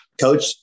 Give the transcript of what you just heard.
coach